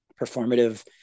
performative